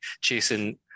chasing